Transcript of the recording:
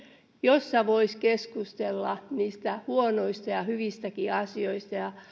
jossa voisi keskustella niistä huonoista ja hyvistäkin asioista ja